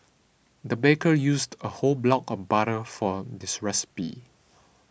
the baker used a whole block of butter for this recipe